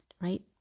right